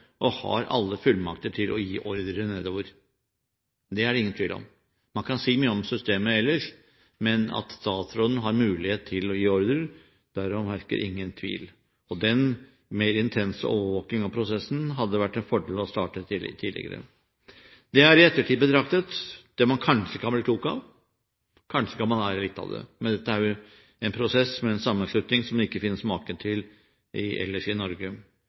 og alle fullmakter til å gi ordrer nedover. Det er det ingen tvil om. Man kan si mye om systemet ellers, men at statsråden har mulighet til å gi ordrer, derom hersker det ingen tvil. Den mer intense overvåkingen av prosessen hadde det vært en fordel at hadde startet tidligere. Det er, i ettertid betraktet, det man kanskje kan bli klok av. Kanskje kan man lære litt av det. Dette er jo en prosess med en sammenslutning som det ikke finnes maken til ellers i